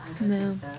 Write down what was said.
No